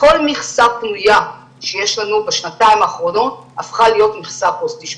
כל מכסה פנויה שיש לנו בשנתיים האחרונות הפכה להיות מכסה פוסט אשפוזית.